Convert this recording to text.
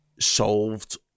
solved